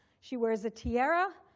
she wears a tiara.